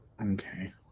okay